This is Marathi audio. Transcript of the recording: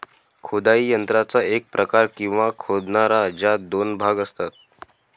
खोदाई यंत्राचा एक प्रकार, किंवा खोदणारा, ज्यात दोन भाग असतात